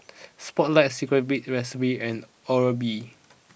Spotlight Secret B Recipe and Oral B